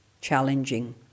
challenging